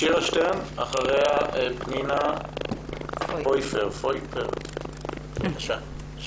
שירה שטרן, אחריה פנינה פויפר, בבקשה.